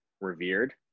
revered